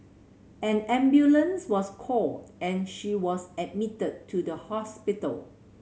an ambulance was called and she was admitted to the hospital